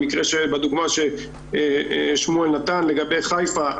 בדוגמה ששמואל נתן לגבי חיפה,